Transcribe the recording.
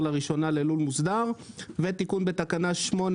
לראשונה ללול מוסדר; ותיקון בתקנה 8,